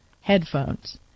Headphones